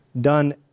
done